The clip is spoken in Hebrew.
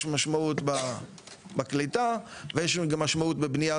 יש משמעות בקליטה ויש גם משמעות בבניית